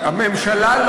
הממשלה מחליטה,